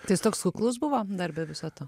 tai jis toks kuklus buvo dar be viso to